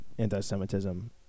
Anti-Semitism